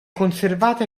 conservata